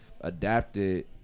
adapted